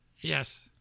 yes